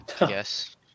Yes